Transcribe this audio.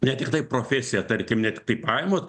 ne tiktai profesija tarkim ne tiktai pajamos